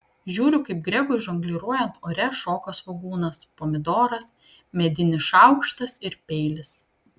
žiūriu kaip gregui žongliruojant ore šoka svogūnas pomidoras medinis šaukštas ir peilis